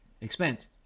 expense